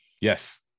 Yes